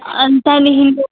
अनि त्यहाँदेखिको